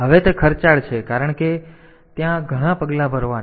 હવે તે ખર્ચાળ છે કારણ કે ત્યાં ઘણા પગલાં ભરવાના છે